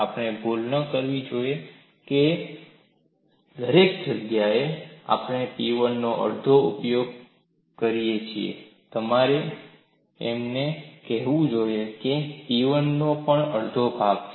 આપણે ભૂલ ન કરવી જોઈએ દરેક જગ્યાએ આપણે P1નો અડધો ઉપયોગ કરીએ છીએ તમારે એમ ન કહેવું જોઈએ કે આ P1 નો પણ અડધો ભાગ છે